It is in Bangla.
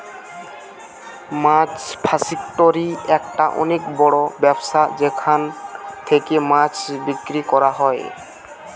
মাছ ফাসিকটোরি একটা অনেক বড় ব্যবসা যেখান থেকে মাছ বিক্রি করা হয়